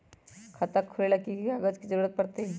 खाता खोले ला कि कि कागजात के जरूरत परी?